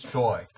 joy